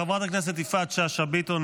חברת הכנסת יפעת שאשא ביטון,